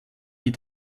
wie